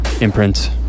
imprint